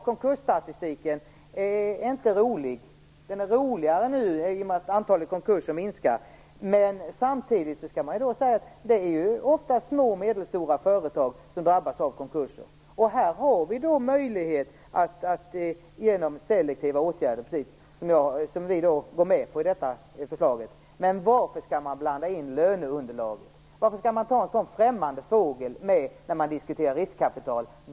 Konkursstatistiken är inte rolig. Den är roligare nu i och med att antalet konkurser minskar, men samtidigt är det ofta små och medelstora företag som drabbas av konkurser. Här har vi då möjlighet att göra något åt detta genom de selektiva åtgärder som vi går med på i detta förslag. Varför skall man blanda in löneunderlaget? Varför skall man ta med en sådan främmande fågel när man diskuterar riskkapital?